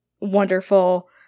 wonderful